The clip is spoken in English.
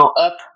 up